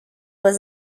was